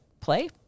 play